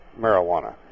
marijuana